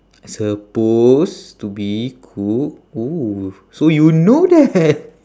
suppose to be cook oh so you know that